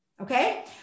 Okay